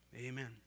amen